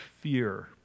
fear